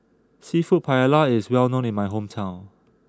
Seafood Paella is well known in my hometown